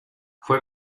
fue